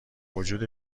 وجود